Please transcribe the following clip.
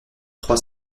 trois